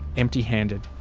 empty handed.